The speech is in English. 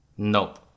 Nope